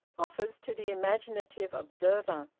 offers to the imaginative observer.